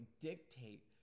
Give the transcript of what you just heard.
dictate